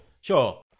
sure